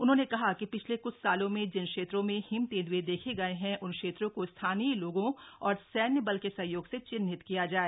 उन्होंने कहा कि शिछले कुछ सालों में जिन क्षेत्रों में हिम तेंद्ए देखे गये हैं उन क्षेत्रों को स्थानीय लोगों और सैन्य बल के सहयोग से चिन्हित किया जाए